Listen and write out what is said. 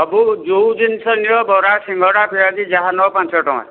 ସବୁ ଯୋଉ ଜିନିଷ ନିଅ ବରା ସିଙ୍ଗଡ଼ା ପିଆଜି ଯାହା ନିଅ ପାଞ୍ଚ ଟଙ୍କା